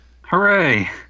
Hooray